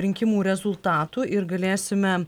rinkimų rezultatų ir galėsime